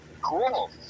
Cool